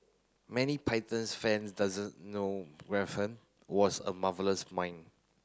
many Python fans doesn't know was a marvellous mine